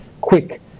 quick